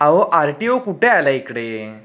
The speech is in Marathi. अहो आर टी ओ कुठे आला इकडे